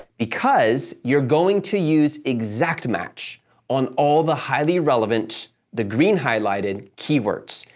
because you're going to use exact match on all the highly relevant, the green highlighted keywords.